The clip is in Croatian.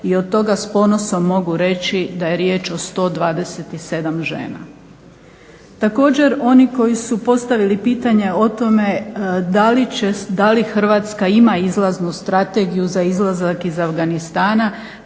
i od toga s ponosom mogu reći da je riječ o 127 žena. Također oni koji su postavili pitanje o tome da li Hrvatska ima izlaznu strategiju za izlazak iz Afganistana